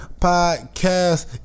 podcast